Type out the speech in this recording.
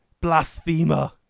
Blasphemer